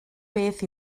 beth